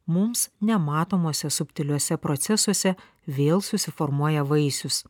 mums nematomose subtiliuose procesuose vėl susiformuoja vaisius